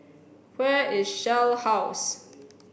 where is Shell House